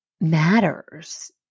matters